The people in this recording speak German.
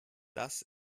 das